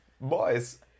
boys